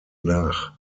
nach